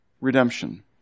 redemption